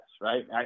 right